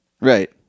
Right